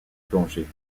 plongée